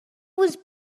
was